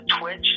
Twitch